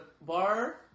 bar